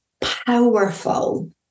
powerful